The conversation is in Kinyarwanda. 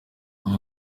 aba